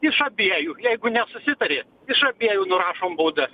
iš abiejų jeigu nesusitarė iš abiejų nurašom baudas